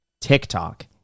TikTok